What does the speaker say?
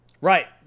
Right